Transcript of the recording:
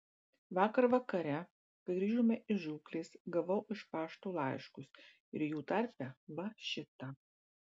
vakar vakare kai grįžome iš žūklės gavau iš pašto laiškus ir jų tarpe va šitą